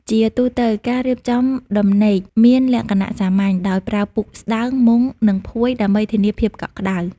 ជាទូទៅ ការរៀបចំដំណេកមានលក្ខណៈ សាមញ្ញ ដោយប្រើពូកស្តើង មុង និងភួយ ដើម្បីធានាភាពកក់ក្តៅ។